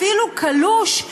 אפילו קלוש,